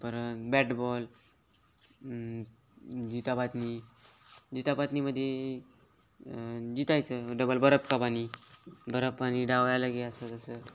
परत bat ball जितापातनी जितापातनीमध्ये जितायचं डबल बरफ का पानी बरफ पानी धावायला घे असं तसं